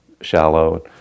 shallow